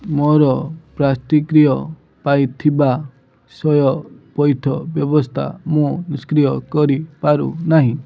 ମୋର ପ୍ରାର୍ଷ୍ଟ୍କ୍ରିୟ ପାଇଁ ଥିବା ସ୍ଵୟଂ ପଇଠ ବ୍ୟବସ୍ଥା ମୁଁ ନିଷ୍କ୍ରିୟ କରି ପାରୁନାହିଁ